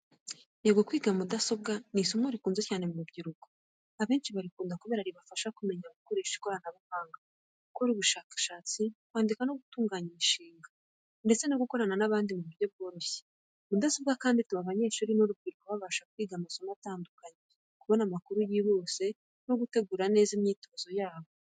Yego, kwiga mudasobwa ni isomo rikunzwe cyane mu rubyiruko. Abenshi barikunda kubera ko ribafasha kumenya gukoresha ikoranabuhanga, gukora ubushakashatsi, kwandika no gutunganya imishinga, ndetse no gukorana n’abandi mu buryo bworoshye. Mudasobwa kandi ituma abanyeshuri n’urubyiruko babasha kwiga amasomo atandukanye, kubona amakuru yihuse, no gutegura imyitozo yabo neza.